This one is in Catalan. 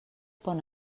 pon